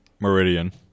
Meridian